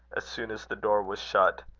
as soon as the door was shut.